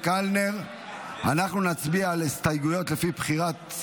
רם בן ברק,